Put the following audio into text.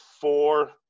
four